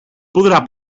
podrà